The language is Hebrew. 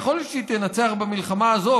יכול להיות שהיא תנצח במלחמה הזו.